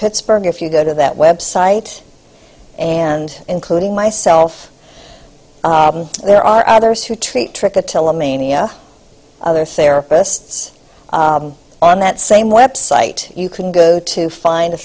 pittsburgh if you go to that website and including myself there are others who treat trick the till mania other therapists on that same website you can go to find a